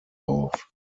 auf